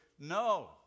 No